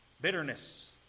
bitterness